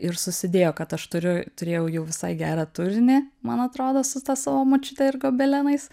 ir susidėjo kad aš turiu turėjau jau visai gerą turinį man atrodo su ta savo močiute ir gobelenais